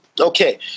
Okay